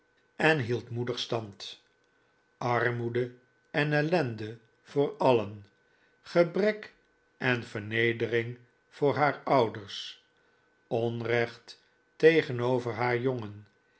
en hield moedig stand armoede en ellende voor alien gebrek en vernedering voor haar ouders onrecht tegenover haar jongen